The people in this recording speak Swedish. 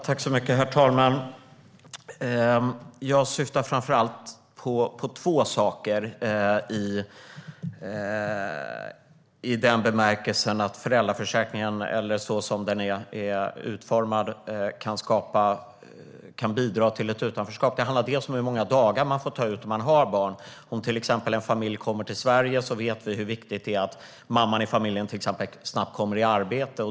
Herr talman! Jag syftar framför allt på två saker i den bemärkelsen att så som föräldraförsäkringen är utformad kan den bidra till utanförskap. Det handlar bland annat om hur många dagar man får ta ut för barn. Om en familj kommer till Sverige vet vi hur viktigt det är att mamman i familjen snabbt kommer i arbete.